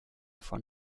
von